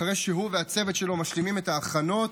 אחרי שהוא והצוות שלו משלימים את ההכנות